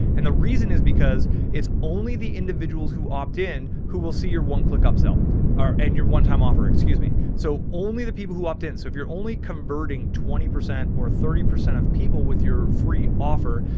and the reason is because it's only the individuals who opt in, who will see your oneclickupsell. and your one time offer, excuse me. so only the people who opt in. so if you're only converting twenty percent or thirty percent of people with your free offer,